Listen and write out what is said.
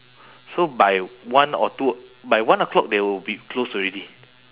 so by one or two by one o'clock they will be closed already